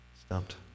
stumped